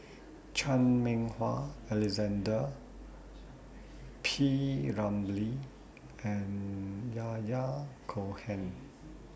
Chan Meng Wah Alexander P Ramlee and Yahya Cohen